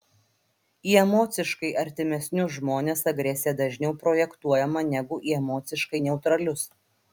į emociškai artimesnius žmones agresija dažniau projektuojama negu į emociškai neutralius